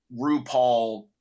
rupaul